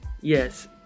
Yes